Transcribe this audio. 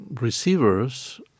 receivers